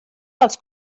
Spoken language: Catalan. dels